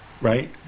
Right